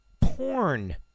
Porn